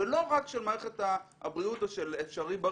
ולא רק של מערכת הבריאות או של "אפשריבריא",